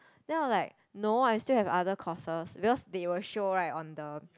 then I'm like no I still have other courses because they will show right on the